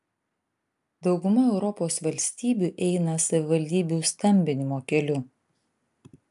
dauguma europos valstybių eina savivaldybių stambinimo keliu